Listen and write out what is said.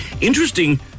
interesting